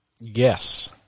Yes